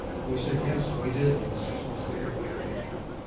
and we said yes, and we did and six months later, we had the account.